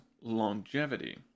longevity